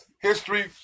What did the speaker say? history